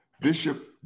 Bishop